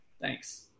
Thanks